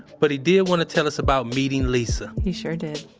but he did want to tell us about meeting lisa he sure did